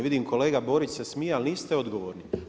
Vidim kolega Borić se smije ali niste odgovorni.